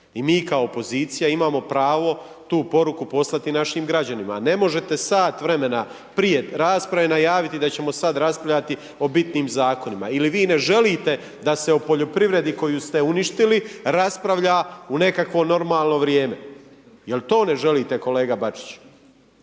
i mi kao pozicija imamo pravo tu poruku poslati našim građanima a ne možete sat vremena prije rasprave najaviti da ćemo sad raspravljati o bitnim zakonima ili vi ne želite da se o poljoprivredi koju ste uništili, raspravlja u nekakvo normalno vrijeme, jel to ne želite kolega Bačić?